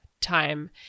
time